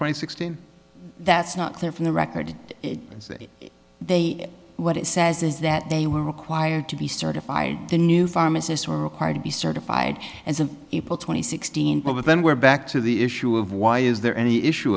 price sixteen that's not clear from the record and say they what it says is that they were required to be certified the new pharmacists were required to be certified as a people twenty sixteen but then we're back to the issue of why is there any issue